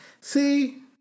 See